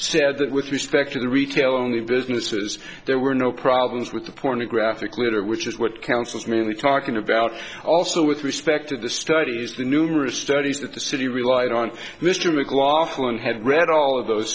that with respect to the retail only businesses there were no problems with the pornographic litter which is what council's mainly talking about also with respect to the studies the numerous studies that the city relied on mr mclaughlin had read all of those